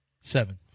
Seven